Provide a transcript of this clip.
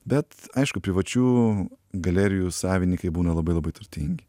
bet aišku privačių galerijų savininkai būna labai labai turtingi